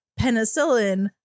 penicillin